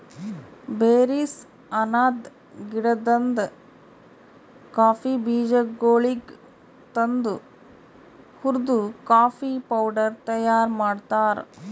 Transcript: berries ಅನದ್ ಗಿಡದಾಂದ್ coffee ಬೀಜಗೊಳಿಗ್ ತಂದು ಹುರ್ದು ಕಾಫಿ ಪೌಡರ್ ತೈಯಾರ್ ಮಾಡ್ತಾರ್